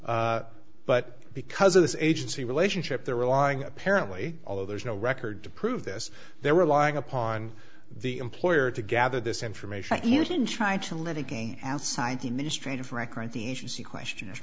but because of this agency relationship they're relying apparently although there's no record to prove this they're relying upon the employer to gather this information using